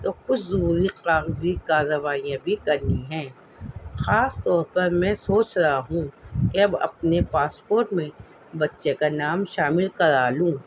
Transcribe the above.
تو کچھ ضروری کاغذی کاروائیاں بھی کرنی ہیں خاص طور پر میں سوچ رہا ہوں کہ اب اپنے پاسپورٹ میں بچے کا نام شامل کرا لوں